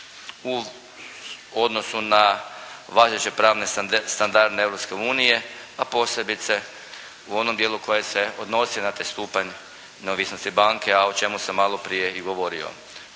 u odnosu na važeće pravne standarde Europske unije, a posebice u onom dijelu koje se odnosi na taj stupanj neovisnosti banke a o čemu sam malo prije i govorio.